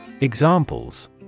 Examples